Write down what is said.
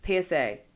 PSA